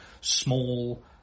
small